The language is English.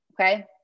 Okay